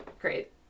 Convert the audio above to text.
Great